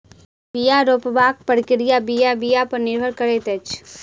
बीया रोपबाक प्रक्रिया बीया बीया पर निर्भर करैत अछि